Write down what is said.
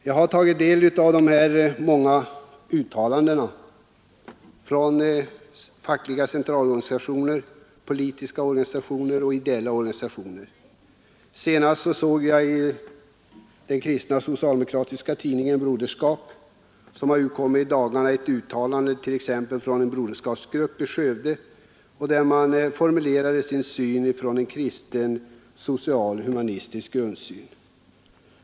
Jag har tagit del av de många uttalandena från fackliga centralorganisationer, politiska organisationer och ideella organisationer. Senast såg jag i den kristna socialdemokratiska tidningen Broderskap, som har utkommit i dagarna, ett uttalande från en broderskapsgrupp i Skövde, där man formulerade sin mening från en kristen, social, humanistisk grundsyn.